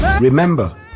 Remember